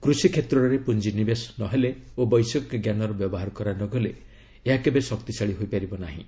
କୃଷିକ୍ଷେତ୍ରରେ ପୁଞ୍ଜି ନିବେଶ ନ ହେଲେ ଓ ବୈଷୟିକ ଜ୍ଞାନର ବ୍ୟବହାର କରାନଗଲେ ଏହା କେବେ ଶକ୍ତିଶାଳୀ ହୋଇପାରିବ ନାହିଁ